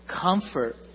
comfort